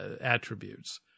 attributes